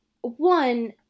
one